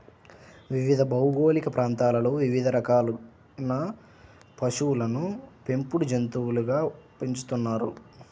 వివిధ భౌగోళిక ప్రాంతాలలో వివిధ రకాలైన పశువులను పెంపుడు జంతువులుగా పెంచుతున్నారు